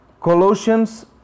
Colossians